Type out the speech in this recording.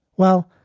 well,